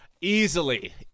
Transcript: Easily